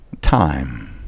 time